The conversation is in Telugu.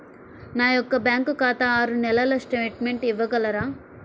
నా యొక్క బ్యాంకు ఖాతా ఆరు నెలల స్టేట్మెంట్ ఇవ్వగలరా?